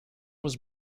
was